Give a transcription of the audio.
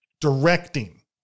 directing